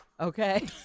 Okay